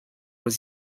was